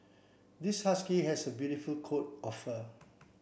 this husky has a beautiful coat of fur